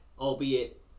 albeit